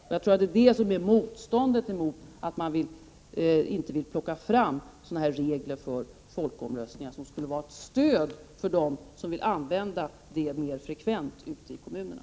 Jag tror att det är det som är anledningen till motståndet mot fastställande av regler för folkomröstningar, regler som skulle vara till stöd för dem som i större utsträckning vill tillgripa folkomröstningar i kommunerna.